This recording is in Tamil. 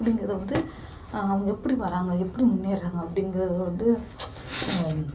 அப்டிங்கிறத வந்து அவங்க எப்படி வராங்க எப்படி முன்னேறாங்க அப்டிங்கிறத வந்து